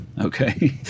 Okay